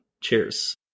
Cheers